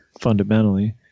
fundamentally